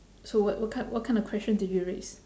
so what what kind what kind of question did you raise